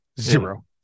zero